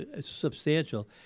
substantial